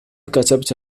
كتبت